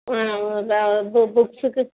ஆ இந்த இது புக்ஸ்ஸுக்கு